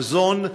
מזון,